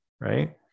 right